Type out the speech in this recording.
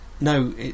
no